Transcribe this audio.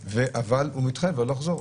אבל הוא מתחייב לא לחזור.